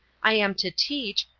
i am to teach,